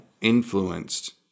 influenced